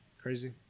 Crazy